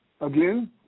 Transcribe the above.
Again